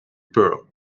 pearl